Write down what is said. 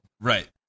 right